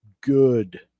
good